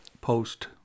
post